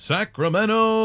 Sacramento